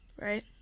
right